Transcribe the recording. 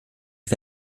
ich